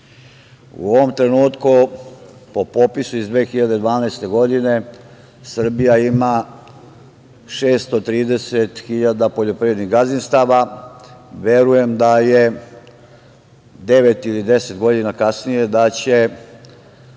ovom trenutku po popisu iz 2012. godine Srbija ima 630.000 poljoprivrednih gazdinstava. Verujem da devet ili 10 godina kasnije da će